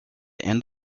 end